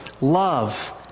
love